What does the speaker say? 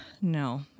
No